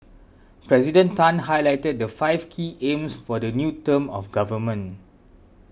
President Tan highlighted the five key aims for the new term of government